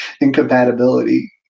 incompatibility